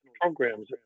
programs